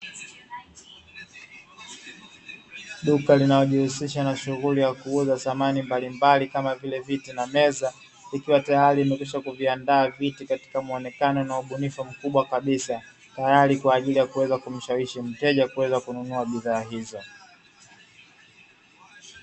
Duka linalojihusisha na shughuli ya kuuza samani mbalimbali, kama vile viti na meza, ikiwa tayari imekwisha kuviandaa viti katika muonekano na ubunifu mkubwa kabisa, tayari kwa ajili ya kuweza kumshawishi mteja kuweza kununua bidhaa hizo.